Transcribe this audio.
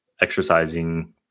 exercising